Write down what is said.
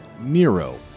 Nero